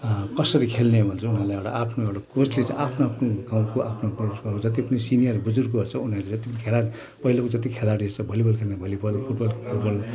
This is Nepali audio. कसरी खेल्ने भन्छौँ उनीहरूलाई आफ्नो एउटा कोसिस आफ्नो आफ्नो घरको आफ्नो जति पनि सिनियर बुजुर्गहरू छ उनीहरूले जति पनि खेलाडी पहिलेको जति खेलाडीहरू छ भली बल खेल्ने भली बल फुट बल खेल्ने फुट बल